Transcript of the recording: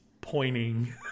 pointing